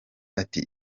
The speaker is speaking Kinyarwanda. ati